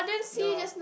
no